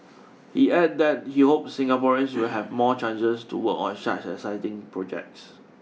he added that he hopes Singaporeans will have more chances to work on such exciting projects